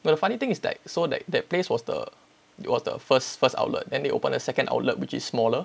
but the funny thing is like so that that place was the it was the first first outlet and they opened a second outlet which is smaller